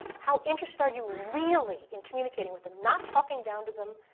how interested are you, really, in communicating with them? not talking down to them,